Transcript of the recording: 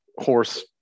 horse